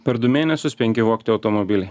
per du mėnesius penki vogti automobiliai